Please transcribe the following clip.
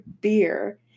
beer